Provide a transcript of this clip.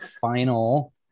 final